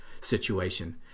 situation